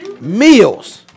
Meals